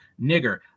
nigger